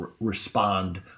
respond